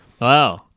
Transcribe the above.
Wow